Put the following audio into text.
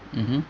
mmhmm